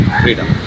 freedom